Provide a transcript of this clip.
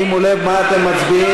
שימו לב מה אתם מצביעים.